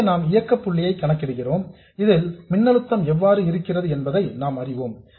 இங்கே நாம் இயக்க புள்ளியை கணக்கிடுகிறோம் இதில் மின்னழுத்தம் எவ்வாறு இருக்கிறது என்பதை நாம் அறிவோம்